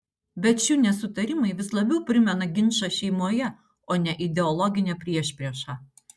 bet šių nesutarimai vis labiau primena ginčą šeimoje o ne ideologinę priešpriešą